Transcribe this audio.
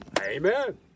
Amen